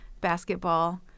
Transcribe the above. basketball